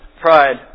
pride